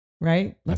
Right